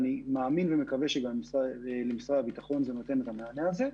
אני גם מאמין ומקווה שגם למשרד הביטחון זה נותן את המענה הזה.